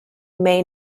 may